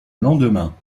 lendemain